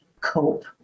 cope